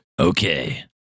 Okay